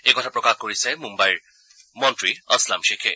এই কথা প্ৰকাশ কৰিছে মুন্নাইৰ মন্ত্ৰী আছলাম ধেখে